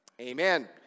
Amen